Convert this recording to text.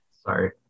Sorry